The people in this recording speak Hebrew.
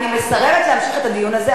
אני מסרבת להמשיך את הדיון הזה.